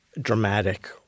dramatic